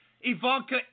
Ivanka